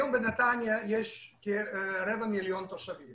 היום בנתניה יש כרבע מיליון תושבים